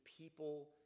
people